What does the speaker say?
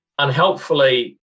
unhelpfully